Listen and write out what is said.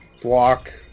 block